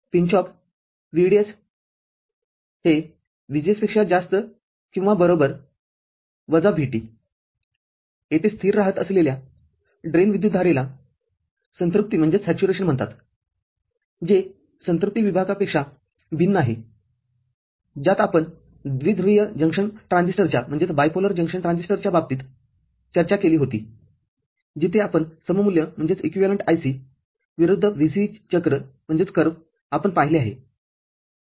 pinch off VDS ≥ VGS VT येथे स्थिर राहत असलेल्या ड्रेन विद्युतधारेला संतृप्ति म्हणतात जे संतृप्ति विभागापेक्षा भिन्न आहे ज्यात आपण द्विध्रुवीय जंक्शन ट्रान्झिस्टरच्या बाबतीत चर्चा केली होती जिथे आपण सममूल्य IC विरुद्ध VCE चक्र आपण पाहिले आहे